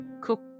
cook